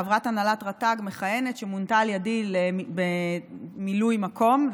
חברת הנהלת רט"ג מכהנת שמונתה על ידי למילוי מקום,